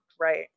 Right